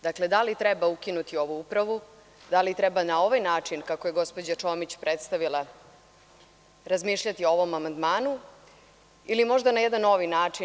Dakle, da li treba ukinuti ovu upravu, da li treba na ovaj način, kako je gospođa Čomić predstavila, razmišljati o ovom amandmanu, ili možda na jedan novi način?